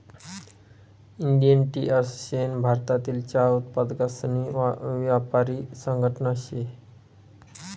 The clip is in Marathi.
इंडियन टी असोसिएशन भारतीय चहा उत्पादकसनी यापारी संघटना शे